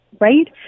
right